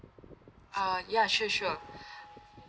uh ya sure sure